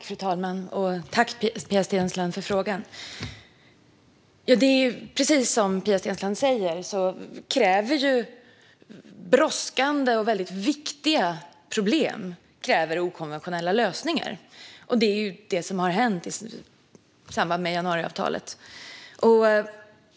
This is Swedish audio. Fru talman! Tack, Pia Steensland, för frågan! Precis som Pia Steensland säger kräver brådskande och väldigt viktiga problem okonventionella lösningar. Det är vad som har hänt i samband med januariavtalet.